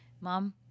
Mom